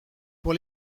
pour